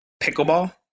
Pickleball